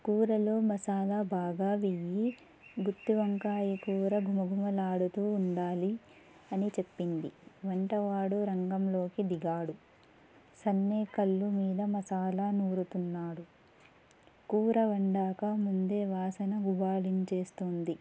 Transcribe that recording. కూరలో మసాలా బాగా వేయి గుత్తి వంకాయ కూర గుమగుమలాడుతు ఉండాలి అని చెప్పింది వంటవాడు రంగంలోకి దిగాడు సన్నికల్లు మీద మసాలా నూరుతున్నాడు కూర వండాక ముందే వాసన గుబాళించేస్తుంది